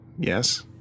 Yes